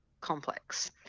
complex